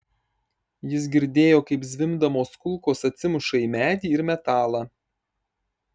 jis girdėjo kaip zvimbdamos kulkos atsimuša į medį ir metalą